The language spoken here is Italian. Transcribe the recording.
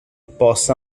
possa